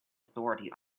authority